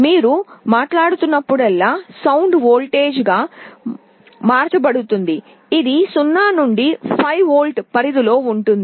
మీరు మాట్లాడుతున్నప్పుడల్లా ధ్వని వోల్టేజ్గా మార్చబడుతుంది ఇది 0 నుండి 5 వోల్ట్ల పరిధిలో ఉంటుంది